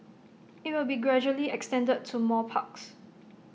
IT will be gradually extended to more parks